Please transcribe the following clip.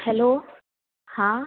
hello हाँ